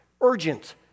Urgent